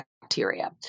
bacteria